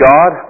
God